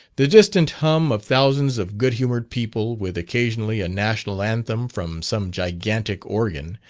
the distant hum of thousands of good humoured people, with occasionally a national anthem from some gigantic organ,